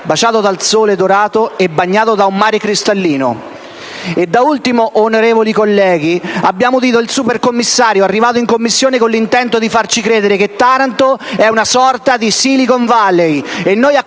baciato dal sole dorato e bagnato da un mare cristallino. Da ultimo, onorevoli colleghi, abbiamo udito il supercommissario arrivato in Commissione con l'intento di farci credere che Taranto è una sorta di Silicon Valley